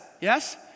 Yes